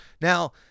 Now